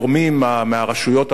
הרשויות המוסמכות,